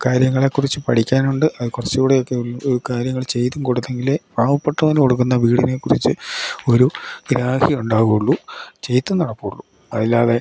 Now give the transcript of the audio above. കാര്യങ്ങളെ കുറിച്ചു പഠിക്കാനുണ്ട് അത് കുറച്ചു കൂടെയൊക്കെ കാര്യങ്ങൾ ചെയ്തും കൊടുത്തെങ്കിലേ പാവപ്പെട്ടവന് കൊടുക്കുന്ന വീടിനെ കുറിച്ച് ഒരു ഗ്രാഹ്യം ഉണ്ടാവുകയുള്ളൂ ചെയ്തു നടക്കൂള്ളൂ അത് ഇല്ലാതെ